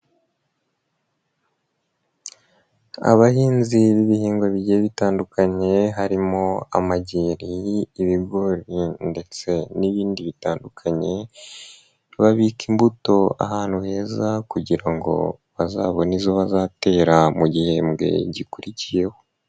Abahinzi b'ibihingwa bijyiye bitandukanye harimo amajyeri, ibigori ndetse n'ibindi bitandukanye babika imbuto ahantu heza kugira ngo bazabone izo bazatera mu gihembwe gikurikiyeho.